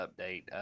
update